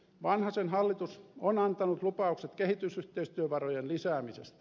vanhasen hallitus on antanut lupaukset kehitysyhteistyövarojen lisäämisestä